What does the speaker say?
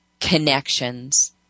connections